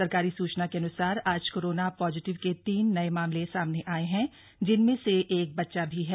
सरकारी सूचना के अन्सार आज कोरोना पॉजिटिव के तीन नये मामले सामने आये हैं जिनमें से एक बच्चा भी है